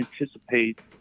anticipate